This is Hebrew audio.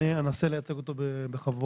אני אנסה לייצג אותו בכבוד.